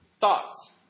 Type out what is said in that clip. Thoughts